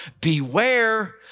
beware